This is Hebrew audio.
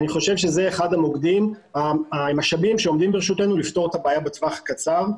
אני חושב שזה אחד המשאבים שעומדים לרשותנו לפתור את הבעיה בטווח הקצר.